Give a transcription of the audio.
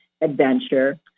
adventure